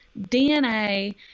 DNA